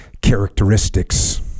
characteristics